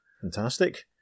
Fantastic